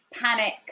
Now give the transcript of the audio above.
panic